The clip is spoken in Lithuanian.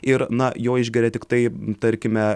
ir na jo išgeria tiktai tarkime